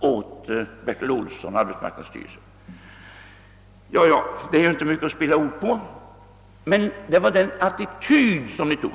åt Bertil Olsson och arbetsmarknadsstyrelsen. Ja, det är väl inte mycket att spilla ord på, men jag måste rikta uppmärksamheten på den attityd som ni då intog.